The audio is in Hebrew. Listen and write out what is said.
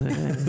נגיד